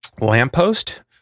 lamppost